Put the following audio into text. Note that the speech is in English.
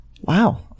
Wow